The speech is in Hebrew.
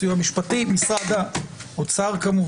הסיוע המשפטי ומשרד האוצר.